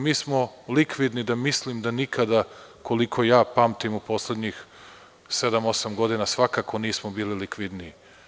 Mi smo likvidni da mislim da nikada, koliko ja pamtim, u poslednjih sedam-osam godina svakako nismo bili likvidniji.